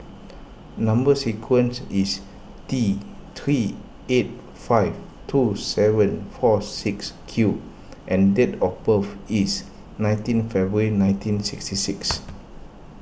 Number Sequence is T three eight five two seven four six Q and date of birth is nineteen February nineteen sixty six